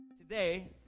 Today